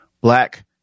black